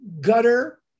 gutter